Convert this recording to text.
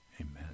Amen